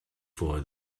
for